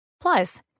Plus